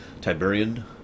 Tiberian